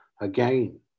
again